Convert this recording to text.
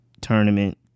tournament